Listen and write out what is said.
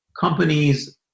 companies